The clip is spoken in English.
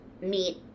meet